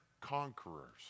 conquerors